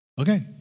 okay